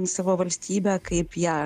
savo valstybe kaip ją